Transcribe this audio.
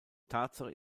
tatsache